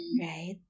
Right